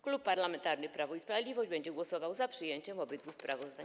Klub Parlamentarny Prawo i Sprawiedliwość będzie głosował za przyjęciem obydwu sprawozdań.